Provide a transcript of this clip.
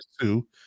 two